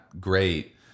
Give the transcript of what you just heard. great